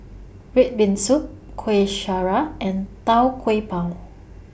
Red Bean Soup Kueh Syara and Tau Kwa Pau